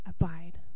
abide